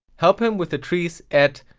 help him with the trees at,